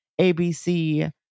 ABC